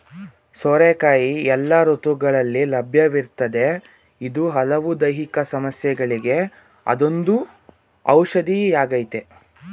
ಸೋರೆಕಾಯಿ ಎಲ್ಲ ಋತುಗಳಲ್ಲಿ ಲಭ್ಯವಿರ್ತದೆ ಇದು ಹಲವು ದೈಹಿಕ ಸಮಸ್ಯೆಗಳಿಗೆ ಅದೊಂದು ಔಷಧಿಯಾಗಯ್ತೆ